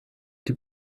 die